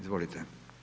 Izvolite.